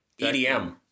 EDM